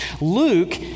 Luke